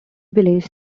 village